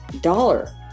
dollar